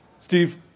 Steve